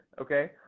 Okay